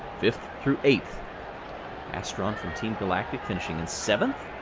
fifth through eighth astron from team galactic finishing in seventh.